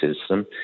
system